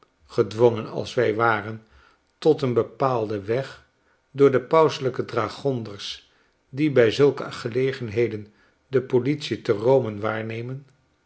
gedwongen als wii waren tot een bepaalden weg door de pauseiijke dragonders die by zulke gelegenhedendepolitie te rom e waarnemen